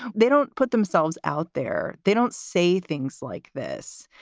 they don't put themselves out there. they don't say things like this.